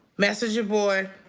messenger boy?